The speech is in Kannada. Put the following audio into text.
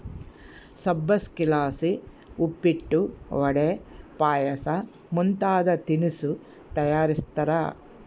ಸಬ್ಬಕ್ಶಿಲಾಸಿ ಉಪ್ಪಿಟ್ಟು, ವಡೆ, ಪಾಯಸ ಮುಂತಾದ ತಿನಿಸು ತಯಾರಿಸ್ತಾರ